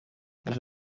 yuje